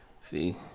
See